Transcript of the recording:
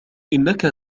إنك